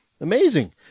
Amazing